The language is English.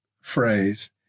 phrase